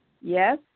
yes